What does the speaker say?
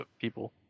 people